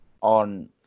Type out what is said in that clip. on